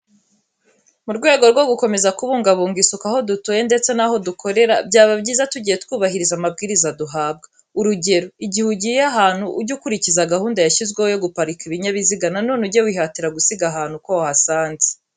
Mu rwego rwo gukomeza kubungabunga isuku aho dutuye ndetse ni aho dukorera, byaba byiza tugiye twubahiriza amabwiriza duhabwa. Urugero, igihe ugiye ahantu uge ukurikiza gahunda yashyizweho yo guparika ibinyabiziga nanone uge wihatira gusiga ahantu uko wahasanze.